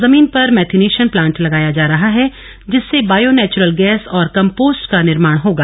जमीन पर methanation plant लगाया जा रहा है जिससे बायो नेचुरल गैस और कम्पोस्ट का निर्माण होगा